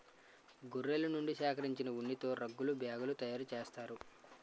గొర్రెల నుండి సేకరించిన ఉన్నితో రగ్గులు బ్యాగులు తయారు చేస్తారు